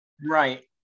Right